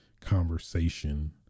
conversation